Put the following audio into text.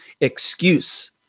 excuse